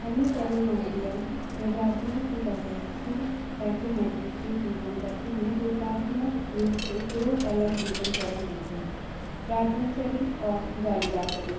अन्य क्लैमाइडिया प्रजातियों की तरह सी ट्रैकोमैटिस के जीवन चक्र में रूपात्मक रूप से दो अलग जीवन चरण होते हैं प्राथमिक शरीर और जालीदार शरीर